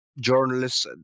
journalists